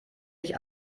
nicht